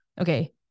okay